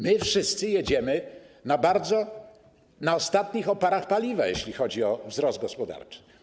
My wszyscy jedziemy na ostatnich oparach paliwa, jeśli chodzi o wzrost gospodarczy.